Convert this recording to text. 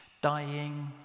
dying